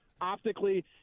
optically